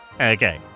Okay